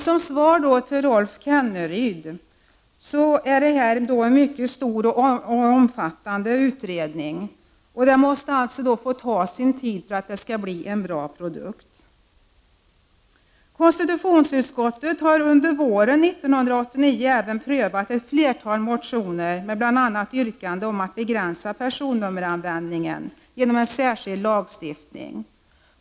Som svar till Rolf Kenneryd vill jag säga att det gäller en mycket stor och omfattande utredning, och den måste få ta sin tid för att det skall bli en bra produkt. Konstitutionsutskottet har under våren 1989 även prövat ett flertal motioner med bl.a. yrkanden om att begränsa personnummeranvändningen genom en särskild lagstiftning.